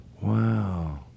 Wow